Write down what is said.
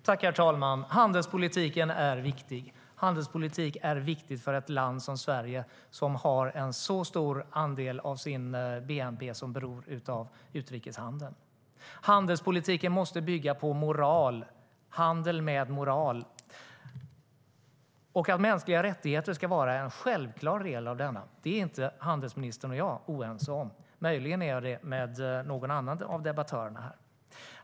Herr talman! Handelspolitiken är viktig för ett land som Sverige, som har en så stor andel av bnp som beror på utrikeshandeln. Handelspolitiken och handeln måste bygga på moral, och mänskliga rättigheter ska vara en självklar del av denna. Det är inte handelsministern och jag oense om. Möjligen är jag oense om det med någon annan av debattörerna här.